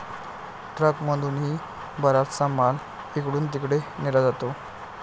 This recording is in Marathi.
ट्रकमधूनही बराचसा माल इकडून तिकडे नेला जातो